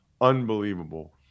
unbelievable